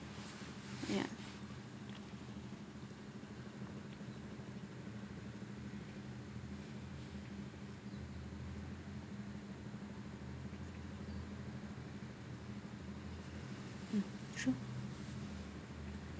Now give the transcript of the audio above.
ya mm true